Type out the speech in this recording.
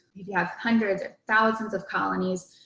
if you have hundreds or thousands of colonies,